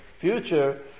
future